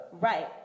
Right